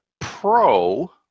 pro